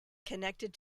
connected